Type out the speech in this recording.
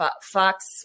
Fox